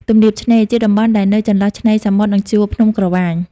ទំនាបឆ្នេរ ជាតំបន់ដែលនៅចន្លោះឆ្នេរសមុទ្រ និងជួរភ្នំក្រវាញ ។